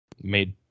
made